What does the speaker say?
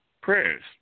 Prayers